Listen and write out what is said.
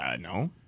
No